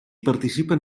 participen